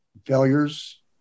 Failures